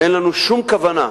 אין לנו שום כוונה,